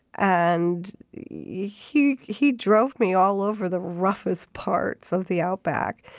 and yeah he he drove me all over the roughest parts of the outback.